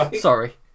Sorry